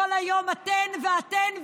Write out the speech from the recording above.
כל היום: אתן ואתן,